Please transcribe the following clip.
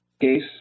case